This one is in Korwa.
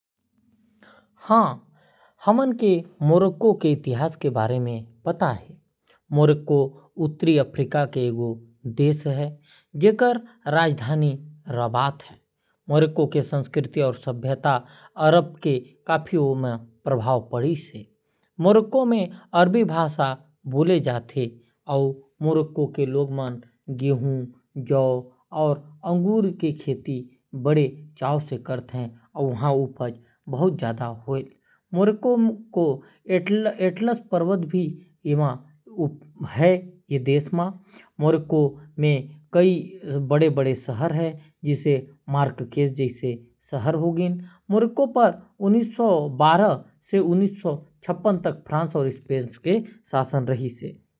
मोरक्को के इतिहास फोनीशियन मन ह लगभग एक हजार ईसा पूर्व अफ्रीका के ए कोना के खोज करिन अउ पाइन के तट ले दूर ये क्षेत्र वो लोगन के संग रहथे जेला वो बारबरोई मतलब "हमर लोगन नइ" कहत रिहिस, जेन बाद म बर्बर के नाम ले जाने गिस। ए बर्बर मन ह सेल्ट, बास्क या लेबनान के जनजाति के हो सकत हे।